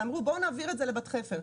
בואו נעביר את זה לבת חפר.